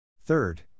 Third